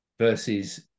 versus